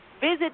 visit